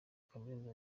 kaminuza